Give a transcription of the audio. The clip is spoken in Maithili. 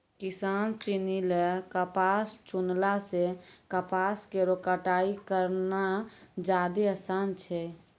किसान सिनी ल कपास चुनला सें कपास केरो कटाई करना जादे आसान छै